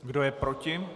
Kdo je proti?